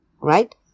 right